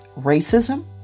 racism